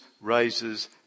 raises